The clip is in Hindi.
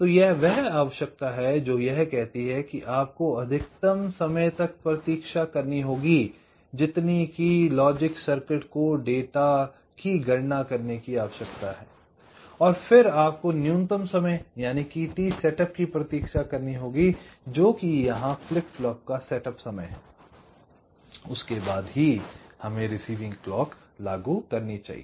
तो यह वह आवश्यकता है जो यह कहती है कि आपको अधिकतम समय तक प्रतीक्षा करनी होगी जितनी कि लॉजिक सर्किट को डेटा की गणना करने की आवश्यकता है I और फिर आपको न्यूनतम समय t सेटअप की प्रतीक्षा करनी होगी जो कि यहाँ फ्लिप फ्लॉप का सेटअप समय है उसके बाद ही हमें रिसीविंग क्लॉक लागू करनी चाहिए